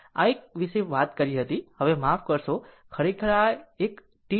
આ એક આ વિશે વાત કરી હતી આ એક આ માફ કરશો ખરેખર આ એક T 4 છે આ નથી